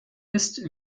ist